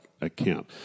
account